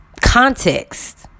context